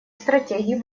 стратегий